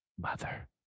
Mother